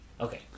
Okay